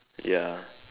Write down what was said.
ya